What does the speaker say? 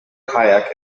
kayak